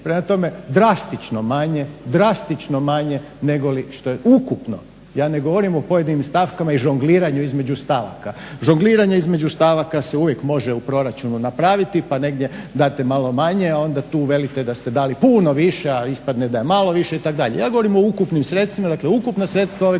Prema tome, drastično manje, drastično manje negoli što je ukupno. Ja ne govorim o pojedinim stavkama i žongliranju između stavaka. Žongliranje između stavaka se uvijek može u proračunu napraviti pa negdje date malo manje, a onda tu velite da ste dali puno više, a ispadne da je malo više itd. Ja govorim o ukupnim sredstvima, dakle ukupna sredstva ove